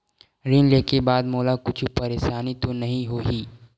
ऋण लेके बाद मोला कुछु परेशानी तो नहीं होही?